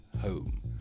home